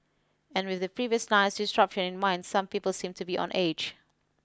and with the previous night's disruption in mind some people seemed to be on edge